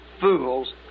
fools